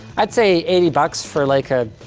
i'd say eighty bucks for like a,